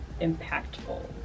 impactful